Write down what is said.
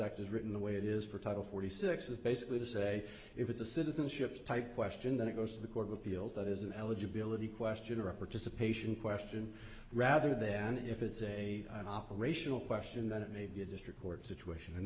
is written the way it is for title forty six is basically to say if it's a citizenship type question then it goes to the court of appeals that is an eligibility question or a participation question rather then if it's a an operational question then it may be a district court situation and